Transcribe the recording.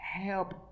help